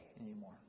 anymore